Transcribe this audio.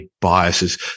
biases